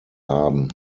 haben